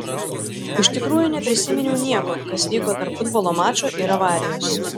iš tikrųjų neprisiminiau nieko kas vyko tarp futbolo mačo ir avarijos